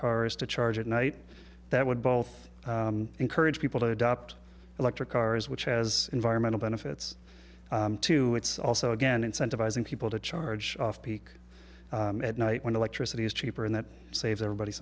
cars to charge at night that would both encourage people to adopt electric cars which has environmental benefits too it's also again incentivizing people to charge off peak at night when electricity is cheaper and that saves everybody